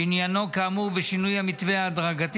שעניינו כאמור בשינוי המתווה ההדרגתי